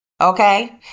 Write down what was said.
okay